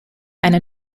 eine